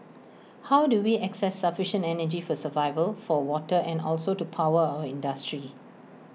how do we access sufficient energy for survival for water and also to power our industry